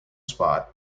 spot